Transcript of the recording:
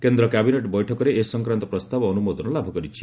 କେନ୍ଦ୍ର କ୍ୟାବିନେଟ୍ ବୈଠକରେ ଏ ସଂକ୍ରାନ୍ତ ପ୍ରସ୍ତାବ ଅନ୍ଦ୍ରମୋଦନ ଲାଭ କରିଛି